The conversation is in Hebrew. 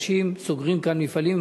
אנשים סוגרים כאן מפעלים,